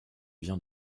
vient